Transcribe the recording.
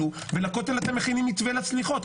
ולכותל אתם מכינים מתווה לסליחות?